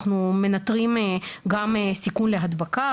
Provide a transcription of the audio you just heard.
אנחנו מנתרים גם סיכוי להדבקה,